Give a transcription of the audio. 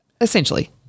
essentially